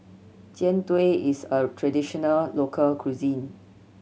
Jian Dui is a traditional local cuisine